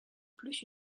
plus